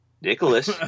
Nicholas